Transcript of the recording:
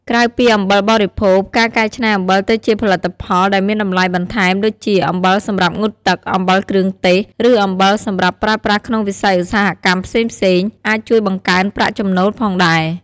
ក្រៅពីអំបិលបរិភោគ ការកែច្នៃអំបិលទៅជាផលិតផលដែលមានតម្លៃបន្ថែម ដូចជា អំបិលសម្រាប់ងូតទឹក អំបិលគ្រឿងទេស ឬអំបិលសម្រាប់ប្រើប្រាស់ក្នុងវិស័យឧស្សាហកម្មផ្សេងៗ អាចជួយបង្កើនប្រាក់ចំណូលផងដែរ។